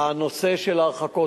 הנושא של ההרחקות,